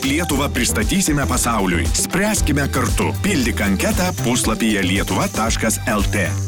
lietuvą pristatysime pasauliui spręskime kartu pildyk anketą puslapyje lietuva taškas lt